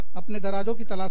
अपने दराज़ों की तलाशी ले